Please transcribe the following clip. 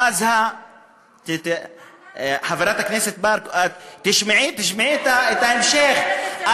אצל איזה, חברת הכנסת ברקו, תשמעי את ההמשך.